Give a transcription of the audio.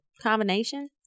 combination